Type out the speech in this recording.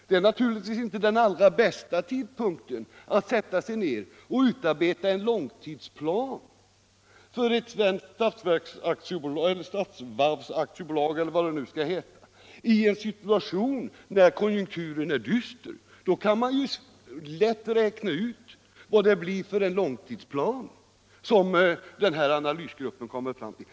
Det är naturligtvis inte den allra bästa tidpunkten att sätta sig ned och utarbeta en långtidsplan för ett statligt varvsaktiebolag. Man kan lätt räkna ut vad det blir för långtidsplan analysgruppen kan komma fram till i en situation när konjunkturen är dyster.